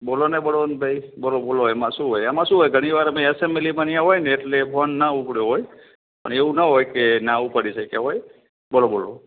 બોલોને બળવંતભાઈ બોલો બોલો એમાં શું હોય એમાં શું હોય ઘણી વાર અમે એસેમ્બલીમાં અને ત્યાં હોય ને એટલે ફોન ના ઉપડયો હોય પણ એવું ના હોય કે ના ઉપાડી શક્યા હોય બોલો બોલો